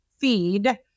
Feed